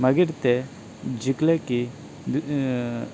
मागीर ते जिखले की